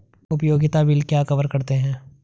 उपयोगिता बिल क्या कवर करते हैं?